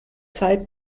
zeit